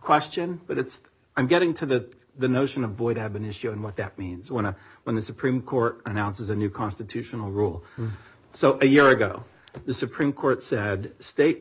question but it's i'm getting to that the notion of void have been shown what that means when i when the supreme court announces a new constitutional rule so a year ago the supreme court said state